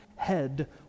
Head